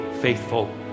faithful